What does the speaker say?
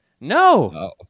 No